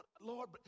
Lord